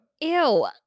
Ew